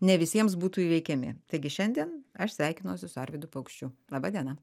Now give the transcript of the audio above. ne visiems būtų įveikiami taigi šiandien aš sveikinuosi su arvydu paukščiu laba diena